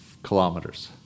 kilometers